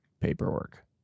paperwork